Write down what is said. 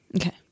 Okay